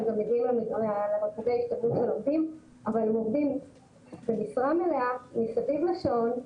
אבל הם עובדים במשרה מלאה מסביב לשעון,